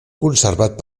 conservat